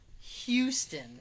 Houston